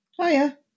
Hiya